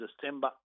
December